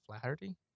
Flaherty